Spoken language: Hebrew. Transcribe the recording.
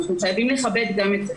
אנחנו חייבים לכבד גם את זה.